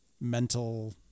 mental